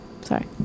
sorry